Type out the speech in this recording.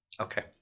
Okay